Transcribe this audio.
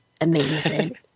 amazing